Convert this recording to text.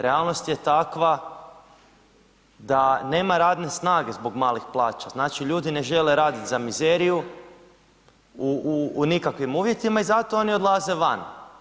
Realnost je takva da nema radne snage zbog malih plaća, znači ljudi ne žele raditi za mizeriju u nikakvim uvjetima i zato oni odlaze van.